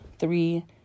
Three